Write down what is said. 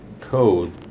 code